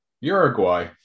Uruguay